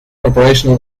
operational